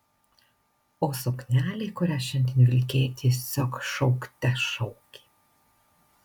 o suknelė kurią šiandien vilkėjai tiesiog šaukte šaukė